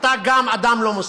אתה גם אדם לא מוסרי.